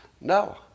No